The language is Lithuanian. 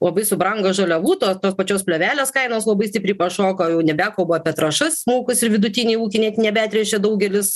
labai subrango žaliavų to tos pačios plėvelės kainos labai stipriai pašoko jau nebekalbu apie trąšas smulkūs ir vidutiniai ūkiai net nebetręšia daugelis